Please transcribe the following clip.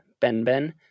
Benben